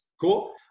Cool